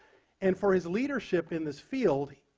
and for his leadership in this field,